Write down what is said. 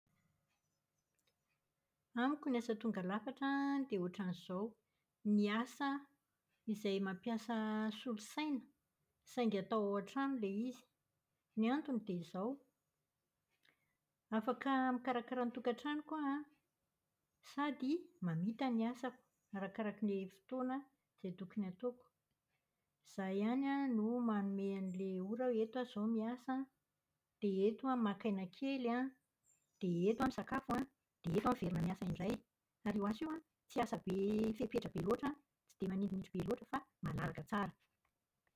Amiko ny asa tonga lafatra an, dia ohatran'izao. Ny asa izay mampiasa solosaina saingy atao ao an-trano ilay izy. Ny antony dia izao. Afaka mikarakara ny tokatranoko aho an, sady mamita ny asako arakarak'ilay fotoana izay tokony ataoko. Izaho ihany an no manome an'ilay ora hoe eto aho izao no miasa, dia eto aho maka aina kely an, dia eto aho misakafo an, dia eto aho miverina miasa indray. Ary io asa io an, tsy asa be fepetra be loatra, tsy dia manindrinindry be loatra fa malalaka tsara.